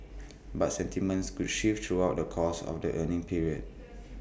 but sentiments could shift throughout the course of the earnings period